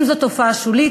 אם זאת תופעה שולית,